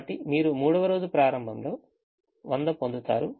కాబట్టి మీరు మూడవ రోజు ప్రారంభంలో 100 పొందుతారు